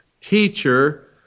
teacher